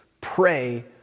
pray